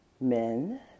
men